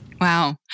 Wow